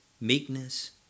meekness